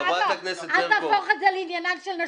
תבוא לנאומים בכנסת.